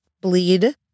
bleed